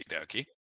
okay